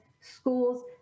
schools